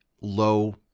low